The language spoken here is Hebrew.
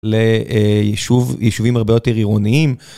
לישובים הרבה יותר עירוניים.